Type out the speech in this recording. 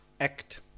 act